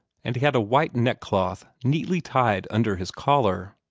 and he had a white neck-cloth neatly tied under his collar.